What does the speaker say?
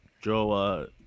Joe